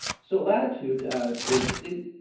so latitude is the.